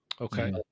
Okay